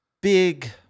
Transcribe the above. big